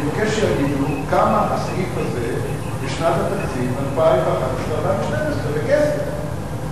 אני מבקש שיגידו כמה הסעיף הזה לשנות התקציב 2011 2012. בכסף.